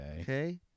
Okay